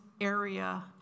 area